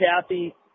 Kathy